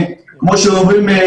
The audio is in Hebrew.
כמו שאומרים,